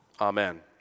Amen